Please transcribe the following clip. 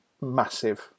massive